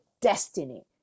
destiny